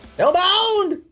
Hellbound